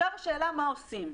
עכשיו השאלה מה עושים.